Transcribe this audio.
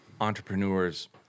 entrepreneurs